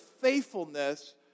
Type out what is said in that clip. faithfulness